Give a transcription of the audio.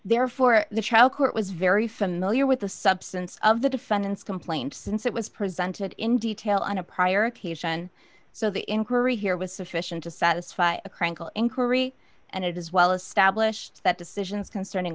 therefore the trial court was very familiar with the substance of the defendant's complaint since it was presented in detail on a prior occasion so the inquiry here was sufficient to satisfy a crankily inquiry and it is well established that decisions conce